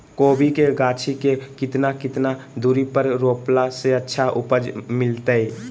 कोबी के गाछी के कितना कितना दूरी पर रोपला से अच्छा उपज मिलतैय?